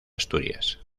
asturias